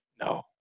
No